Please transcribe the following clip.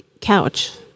couch